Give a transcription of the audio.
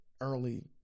early